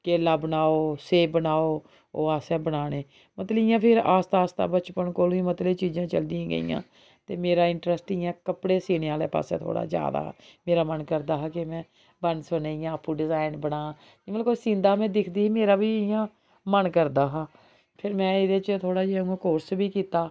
केल्ला बनाओ सेव बनाओ ओह् असें बनाने मतलब इ'यां फ्ही आस्तै आस्तै बचपन कोला मतलब चीजां चलदियां गेइयां ते मेरा इटंरैस्ट इ'यां कपडे सीने आह्ले पास्सै थोह्ड़ा जैदा हा मेरा मन करदा हा जे में बन्न सबन्ने इ'यां आपूं डिजाइन बनांऽ मतलब कोई सींदा में दिखदी ही मेरा बी इ'यां मन करदा हा फ्ही में एह्दे च थोह्ड़ा जेहा उ'आं कोर्स बी कीता